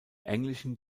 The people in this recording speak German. englischen